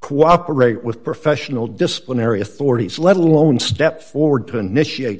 cooperate with professional disciplinary authorities let alone step forward to initiate